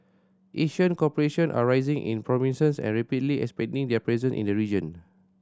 Asian corporations are rising in prominence and rapidly expanding their presence in the region